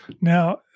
Now